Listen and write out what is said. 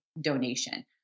donation